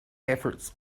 efforts